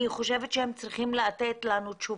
אני חושבת שהם צריכים לתת לנו תשובות,